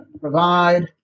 provide